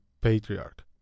patriarch